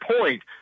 point